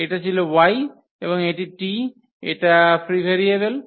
এটা ছিল y এবং এটি t এরা ফ্রি ভেরিয়েবল